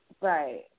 Right